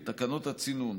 תקנות הצינון,